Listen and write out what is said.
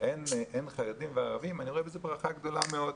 אין חרדים וערבים אני רואה בזה ברכה גדולה מאוד.